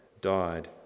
died